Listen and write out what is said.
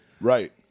Right